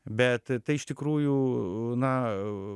bet tai iš tikrųjų na